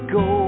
go